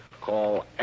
Call